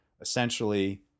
essentially